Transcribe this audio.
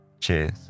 Cheers